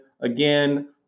again